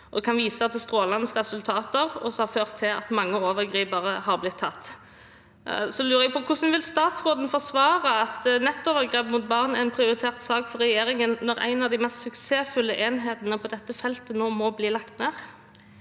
som kan vise til strålende resultater, og som har ført til at mange overgripere har blitt tatt. Jeg lurer på: Hvordan vil statsråden forsvare at nettovergrep mot barn er en prioritert sak for regjeringen når en av de mest suksessfulle enhetene på dette feltet nå må bli lagt ned?